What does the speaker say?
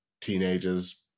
teenagers